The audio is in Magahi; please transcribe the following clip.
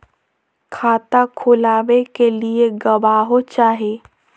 खाता खोलाबे के लिए गवाहों चाही?